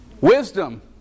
Wisdom